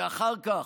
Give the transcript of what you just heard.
ואחר כך,